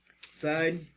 side